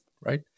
right